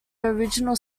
original